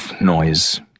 noise